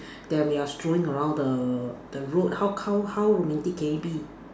then we're strolling around the the road how how how romantic can it be